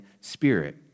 spirit